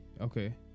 Okay